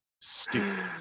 Stupid